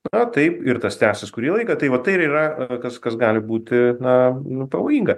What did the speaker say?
na taip ir tas tęsis kurį laiką tai va tai ir yra kas kas gali būti na nu pavojinga